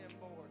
Lord